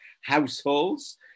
households